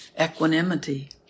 equanimity